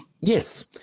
Yes